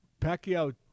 Pacquiao